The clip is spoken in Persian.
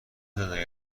زندانی